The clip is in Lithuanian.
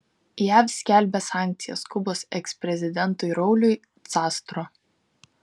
jav skelbia sankcijas kubos eksprezidentui rauliui castro